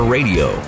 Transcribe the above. Radio